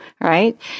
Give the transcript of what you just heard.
right